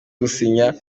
gusinya